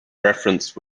referenced